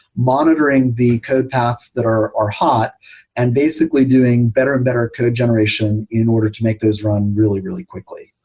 monitoring the code paths that are are hot and basically doing better and better at code generation in order to make this run really, really quickly.